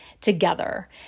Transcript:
together